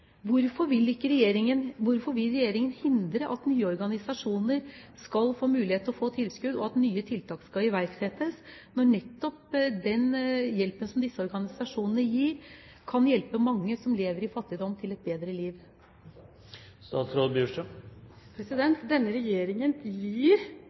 Hvorfor vil regjeringen hindre at nye organisasjoner skal få mulighet til å få tilskudd, og at nye tiltak skal iverksettes, når nettopp den hjelpen som disse organisasjonene gir, kan hjelpe mange som lever i fattigdom, til et bedre